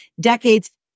decades